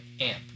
amp